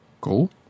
cool